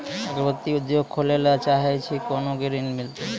अगरबत्ती उद्योग खोले ला चाहे छी कोना के ऋण मिलत?